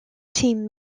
team